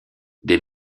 des